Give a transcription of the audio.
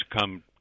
come